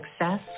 success